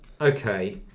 Okay